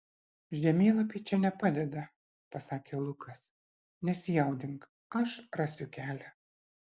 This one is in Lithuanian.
žemėlapiai čia nepadeda pasakė lukas nesijaudink aš rasiu kelią